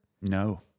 No